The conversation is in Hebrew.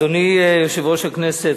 אדוני יושב-ראש הכנסת,